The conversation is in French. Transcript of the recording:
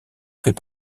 fait